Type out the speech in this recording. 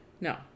no